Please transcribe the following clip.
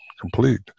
complete